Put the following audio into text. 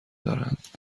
دارند